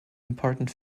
important